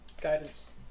Guidance